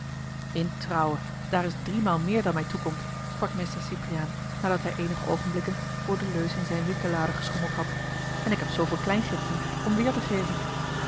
in trouwe daar is driemaal meer dan mij toekomt sprak meester cypriaan nadat hij eenige oogenblikken voor de leus in zijne winkellade geschommeld had en ik heb zooveel kleingeld niet om weêr te geven